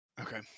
Okay